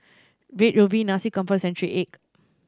Red Ruby Nasi Campur and century egg